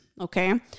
okay